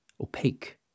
opaque